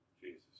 Jesus